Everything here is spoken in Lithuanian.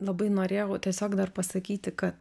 labai norėjau tiesiog dar pasakyti kad